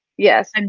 yes. and